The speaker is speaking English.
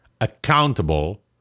accountable